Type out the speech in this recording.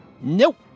nope